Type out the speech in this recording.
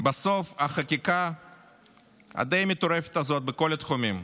החקיקה הדי-מטורפת הזאת, בכל התחומים,